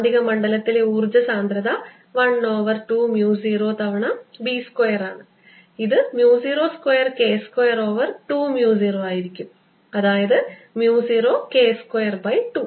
കാന്തിക മണ്ഡലത്തിലെ ഊർജ്ജ സാന്ദ്രത 1 ഓവർ 2 mu 0 തവണ B സ്ക്വയർ ആണ് ഇത് mu 0 square K square over 2 mu 0 ആയിരിക്കും അതായത് mu 0 K സ്ക്വയർ by 2